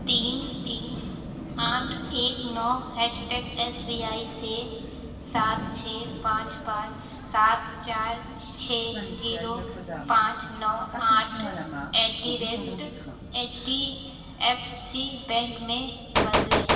तीन तीन आठ एक नौ हैसटैग एस बी आई से सात छः पाँच पाँच सात चार छः जीरो पाँच नौ आठ at the rate H D F C bank में बदलें